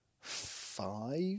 five